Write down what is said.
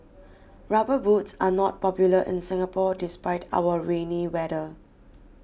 rubber boots are not popular in Singapore despite our rainy weather